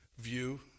view